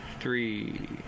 Three